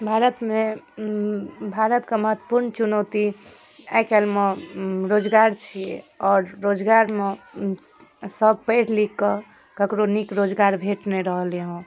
भारतमे भारत कऽ महत्वपूर्ण चुनौती आइकल्हिमे रोजगार छी आओर रोजगारमे सभ पढ़ि लिख कऽ ककरो नीक रोजगार भेट नहि रहलै हँ